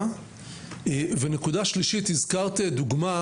ונקודה שלישית הזכרת כדוגמה,